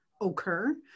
occur